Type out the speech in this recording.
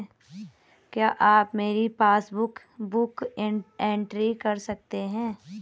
क्या आप मेरी पासबुक बुक एंट्री कर सकते हैं?